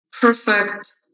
perfect